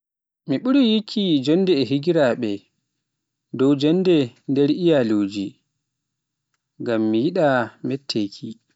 Mi ɓuri yikki jonnde e higiraaɓe dow joonde nder iyaluuji, ngam mi yiɗa metteki.